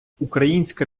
українська